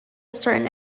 certain